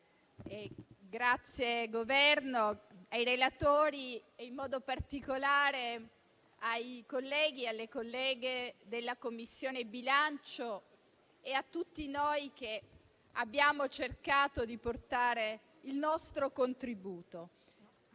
del Governo, i relatori e in modo particolare i colleghi e le colleghe della Commissione bilancio e tutti noi che abbiamo cercato di portare il nostro contributo.